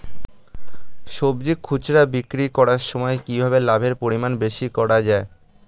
সবজি খুচরা বিক্রি করার সময় কিভাবে লাভের পরিমাণ বেশি করা যায়?